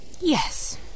Yes